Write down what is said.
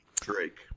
Drake